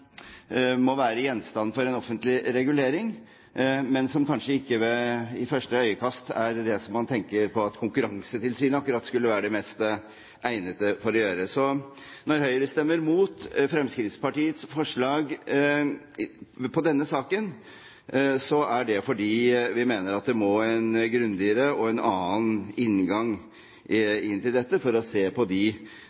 må være gjenstand for en offentlig regulering, men som kanskje ikke ved første øyekast er det man tenker at Konkurransetilsynet er mest egnet til å gjøre. Så når Høyre stemmer imot Fremskrittspartiets forslag i denne saken, er det fordi vi mener at vi må ha en grundigere – og en annen – inngang